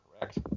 correct